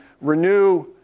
renew